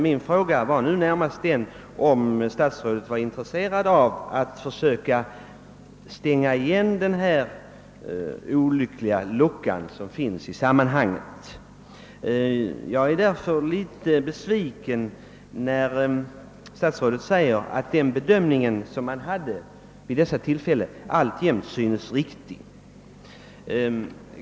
Min fråga gällde nu närmast, om statsrådet var intresserad av att försöka stänga igen den olyckliga lucka som uppkommit i detta sammanhang. Jag är därför litet besviken över att statsrådet säger, att den bedömning som man gjorde vid dessa tillfällen alltjämt synes riktig.